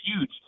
huge